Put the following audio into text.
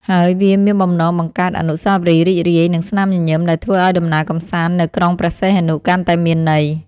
ហើយវាមានបំណងបង្កើតអនុស្សាវរីយ៍រីករាយ និងស្នាមញញឹមដែលធ្វើឱ្យដំណើរកម្សាន្តនៅក្រុងព្រះសីហនុកាន់តែមានន័យ។